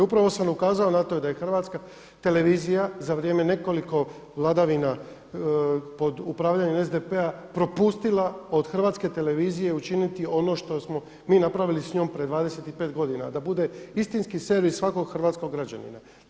Upravo sam ukazao na to da je HRT za vrijeme nekoliko vladavina pod upravljanjem SDP-a propustila od HRT-a učiniti ono što smo mi napravili s njom pred 25 godina a da bude istinski servis svakog hrvatskog građanina.